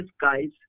guys